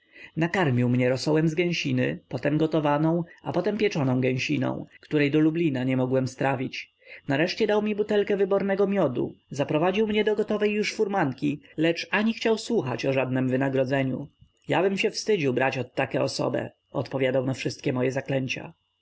nakarmił mnie rosołem z gęsiny potem gotowaną a potem pieczoną gęsiną której do lublina nie mogłem strawić nareszcie dał mi butelkę wybornego miodu zaprowadził do gotowej już furmanki lecz ani chciał słuchać o żadnem wynagrodzeniu jabym się wstydził brać od takie osobe odpowiadał na wszystkie moje zaklęcia